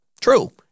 True